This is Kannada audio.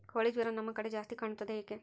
ಕೋಳಿ ಜ್ವರ ನಮ್ಮ ಕಡೆ ಜಾಸ್ತಿ ಕಾಣುತ್ತದೆ ಏಕೆ?